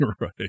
Right